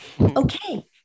Okay